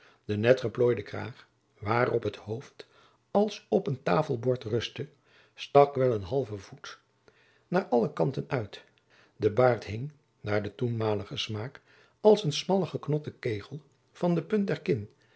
de net geplooide kraag waarop het hoofd als op een tafelbord rustte stak wel een halven voet oude maat naar alle kanten uit de baard hing naar den toenmaligen smaak als een smalle geknotte kegel van de punt